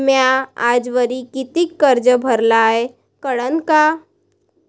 म्या आजवरी कितीक कर्ज भरलं हाय कळन का?